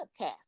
podcast